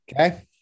Okay